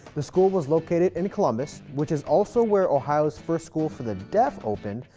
the school was located in columbus, which is also where ohio's first school for the deaf opened,